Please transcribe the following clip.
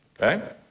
okay